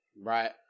Right